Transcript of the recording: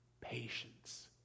patience